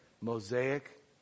Mosaic